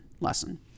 lesson